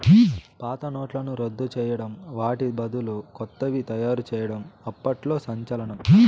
పాత నోట్లను రద్దు చేయడం వాటి బదులు కొత్తవి తయారు చేయడం అప్పట్లో సంచలనం